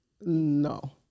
No